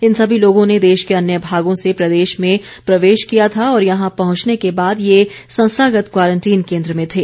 इन सभी लोगों ने देश के अन्य भागों से प्रदेश में प्रवेश किया था और यहां पहंचने के बाद ये संस्थागत क्वारंटीन केंद्र में थे